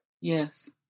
Yes